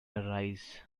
arise